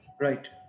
Right